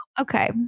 okay